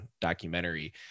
documentary